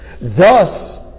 Thus